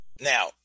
Now